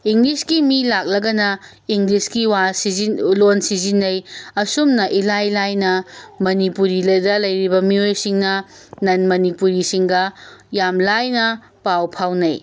ꯏꯪꯂꯤꯁꯀꯤ ꯃꯤ ꯂꯥꯛꯂꯒꯅ ꯏꯪꯂꯤꯁꯀꯤ ꯋꯥ ꯂꯣꯟ ꯁꯤꯖꯤꯟꯅꯩ ꯑꯁꯨꯝꯅ ꯏꯂꯥꯏ ꯂꯥꯏꯅ ꯃꯅꯤꯄꯨꯔꯤꯗ ꯂꯩꯔꯤꯕ ꯃꯤꯑꯣꯏꯁꯤꯡꯅ ꯅꯟ ꯃꯅꯤꯄꯨꯔꯤꯁꯤꯡꯒ ꯌꯥꯝ ꯂꯥꯏꯅ ꯄꯥꯎ ꯐꯥꯎꯅꯩ